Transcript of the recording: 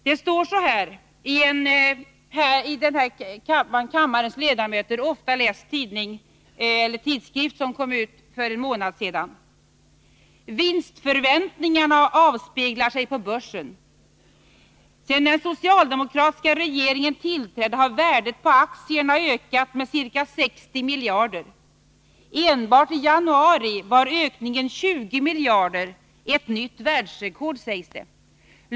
Det står så häri en av kammarens ledamöter ofta läst tidskrift, som kom ut för en månad sedan: ”Vinstförväntningarna avspeglar sig på börsen. Sen den socialdemokratiska regeringen tillträdde har värdet på aktierna ökats med cirka 60 miljarder. Enbart i januari var ökningen 20 miljarder — ett nytt världsrekord sägs det.